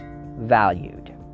valued